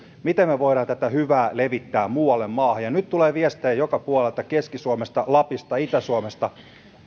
miten me voimme tätä hyvää levittää muualle maahan ja nyt tulee viestejä joka puolelta keski suomesta lapista itä suomesta että